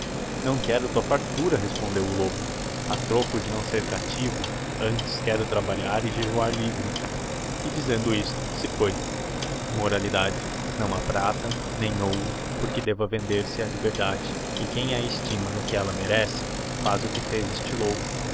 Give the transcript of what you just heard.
não quero tua fartura respondeo o lobo a troco de não ser cativo antes quero trabalhar e jejuar livre e dizendo isto se foi moralidadi não ha prata nem ouro por que deva vender se a liberdade e quem a estima no que ella merece faz o que fez este lobo